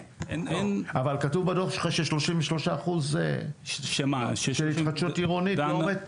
אבל כתוב בדוח שלך ש-33% של התחדשות עירונית לא עומד.